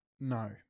No